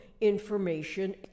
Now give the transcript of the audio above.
information